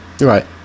Right